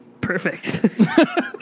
perfect